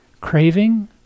Craving